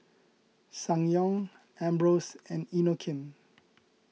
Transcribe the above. Ssangyong Ambros and Inokim